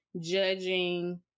judging